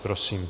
Prosím.